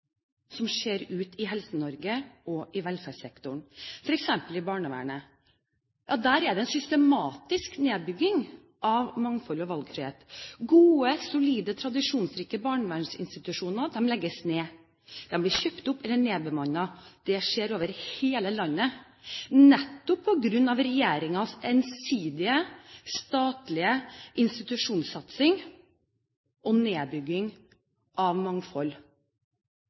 som skjer i Helse-Norge og i velferdssektoren, f.eks. i barnevernet. Der skjer det en systematisk nedbygging av mangfold og valgfrihet. Gode, solide og tradisjonsrike barnevernsinstitusjoner legges ned. De blir kjøpt opp eller nedbemannet. Det skjer over hele landet, nettopp på grunn av regjeringens ensidige, statlige institusjonssatsing og nedbygging av mangfold.